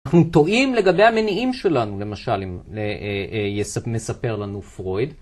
אנחנו טועים לגבי המניעים שלנו, למשל, אם מספר לנו פרויד.